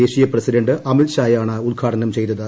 ദേശീയ പ്രസിഡന്റ് അമിത്ഷായാണ് ഉദ്ഘാടനം ചെയ്തത്